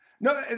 No